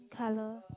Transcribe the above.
color